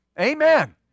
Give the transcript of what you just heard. Amen